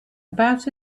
about